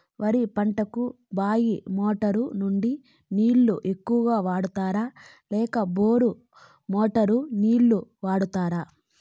వరి పంటకు బాయి మోటారు నుండి నీళ్ళని ఎక్కువగా వాడుతారా లేక బోరు మోటారు నీళ్ళని వాడుతారా?